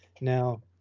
Now